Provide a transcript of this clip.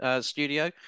studio